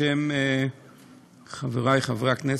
בשם חברי חברי הכנסת,